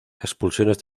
expulsiones